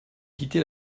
quitté